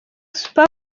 super